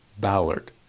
Ballard